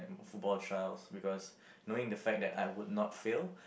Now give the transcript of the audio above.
football trials because knowing the fact that I would not fail